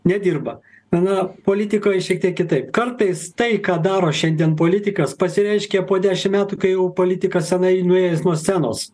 nedirba na politikoje šiek tiek kitaip kartais tai ką daro šiandien politikas pasireiškia po dešimt metų kai jau politikas seniai nuėjęs nuo scenos